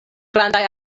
grandaj